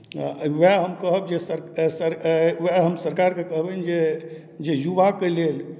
आ उएह हम कहब जे सर सर सरकार उएह हम सरकारके कहबनि जे जे युवाके लेल